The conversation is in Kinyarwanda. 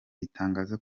gitangaza